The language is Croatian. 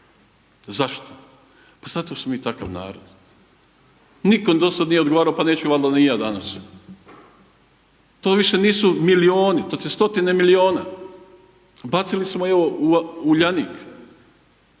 Zašto? Pa zato jer smo mi takav narod, niko dosad nije odgovarao pa neću valda ni ja danas, to više nisu milioni to ti je stotine miliona, bacili smo ih u Uljanik